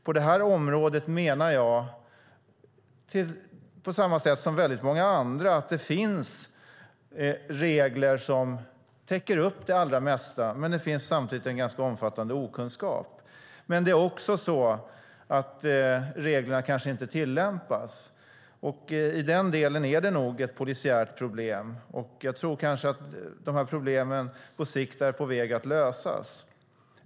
På det här området menar jag, som många andra, att det finns regler som täcker upp det allra mesta, men det finns samtidigt en omfattande okunskap. Men reglerna kanske inte tillämpas. I den delen är det nog ett polisiärt problem. Jag tror att problemen på sikt är på väg att lösas.